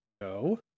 No